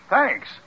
Thanks